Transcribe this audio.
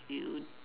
you